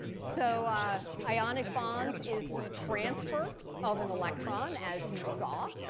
so ionic bonds is the transfer of an electron, as you saw,